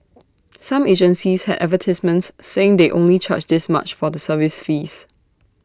some agencies had advertisements saying they only charge this much for the service fees